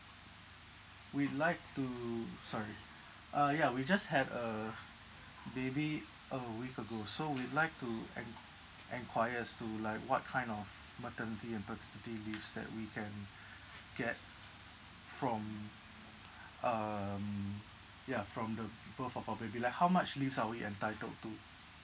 we'd like to sorry uh ya we just had a baby a week ago so we'd like to en~ enquires to like what kind of maternity and paternity leaves that we can get from um ya from the birth of our baby like how much leaves are we entitled to